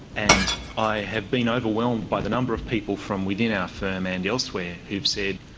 and i have been overwhelmed by the number of people from within our firm and elsewhere who've said,